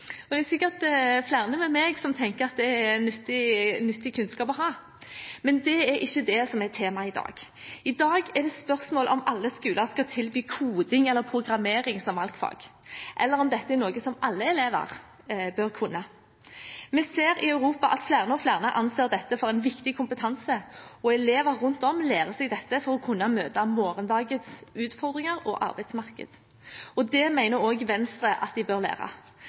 og det er sikkert flere med meg som tenker at det er nyttig kunnskap å ha. Men det er ikke det som er temaet i dag. I dag er det spørsmål om alle skoler skal tilby koding eller programmering som valgfag eller om dette er noe som alle elever bør kunne. Vi ser i Europa at flere og flere anser dette for en viktig kompetanse, og elever rundt om lærer seg dette for å kunne møte morgendagens utfordringer og arbeidsmarked. Det mener også Venstre at de bør lære.